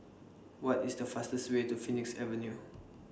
What IS The fastest Way to Phoenix Avenue